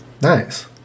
Nice